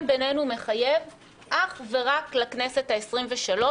בינינו מחייב אך ורק לכנסת העשרים-ושלוש,